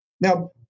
Now